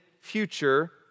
future